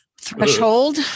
Threshold